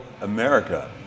America